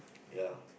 ya